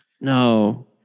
No